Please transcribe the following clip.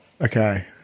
Okay